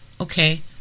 okay